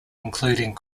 including